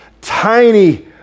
tiny